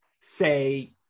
say